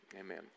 Amen